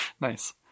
Nice